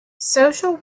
social